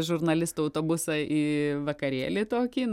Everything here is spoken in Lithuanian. žurnalistų autobusai į vakarėlį tokį